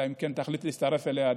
אלא אם כן תחליט להצטרף אליה,